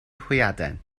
hwyaden